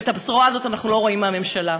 ואת הבשורה הזאת אנחנו לא רואים מהממשלה.